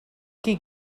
qui